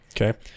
Okay